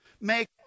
make